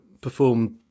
performed